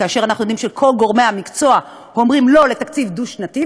כאשר אנחנו יודעים שכל גורמי המקצוע אומרים לא לתקציב דו-שנתי,